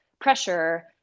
pressure